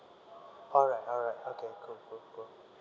alright alright okay cool cool cool